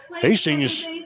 Hastings